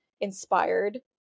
inspired